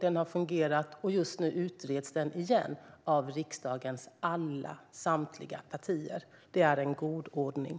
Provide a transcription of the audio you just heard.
Den har fungerat, och just nu utreds den igen av samtliga riksdagens partier. Det är en god ordning.